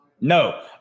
No